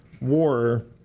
war